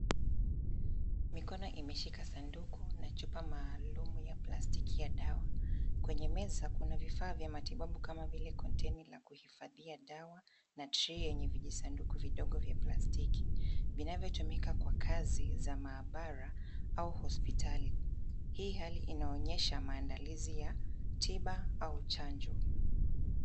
Mikono imeshika sanduku na chupa maalum ya plastiki ya dawa. Kwenye meza kuna vifaa vya matibabu kama vile konteni la kuhifadhia dawa na trei yenye vijisanduku vidogo vya plastiki vinavyotumika kwa kazi za maabara au hospitali. Hii hali inaonyesha maandalizi ya tiba au chanjo.